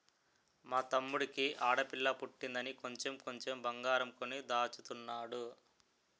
మా తమ్ముడికి ఆడపిల్ల పుట్టిందని కొంచెం కొంచెం బంగారం కొని దాచుతున్నాడు